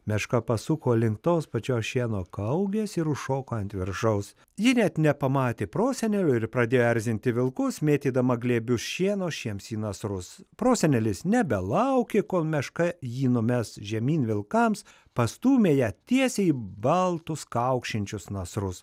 meška pasuko link tos pačios šieno kaugės ir užšoko ant viršaus ji net nepamatė prosenelio ir pradėjo erzinti vilkus mėtydama glėbius šieno šiems į nasrus prosenelis nebelaukė kol meška jį numes žemyn vilkams pastūmė ją tiesiai į baltus kaukšinčius nasrus